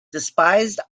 despised